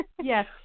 Yes